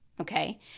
okay